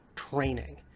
training